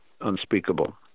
unspeakable